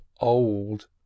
old